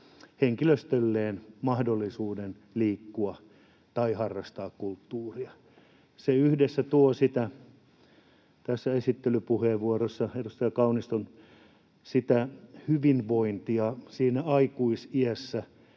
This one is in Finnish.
henkilöstölleen mahdollisuuden liikkua tai harrastaa kulttuuria. Se tuo sitä edustaja Kauniston esittelypuheenvuorossa esiin tuomaa hyvinvointia aikuisiässä,